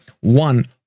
one